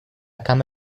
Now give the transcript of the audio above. cama